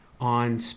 on